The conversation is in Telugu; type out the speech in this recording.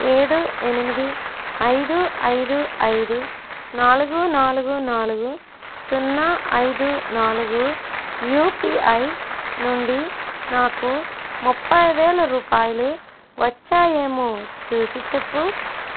ఏడు ఎనిమిది ఐదు ఐదు ఐదు నాలుగు నాలుగు నాలుగు సున్నా ఐదు నాలుగు యుపిఐ నుండి నాకు ముప్పై వేల రూపాయలు వచ్చాయేమో చూసిచెప్పు